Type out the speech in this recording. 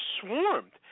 swarmed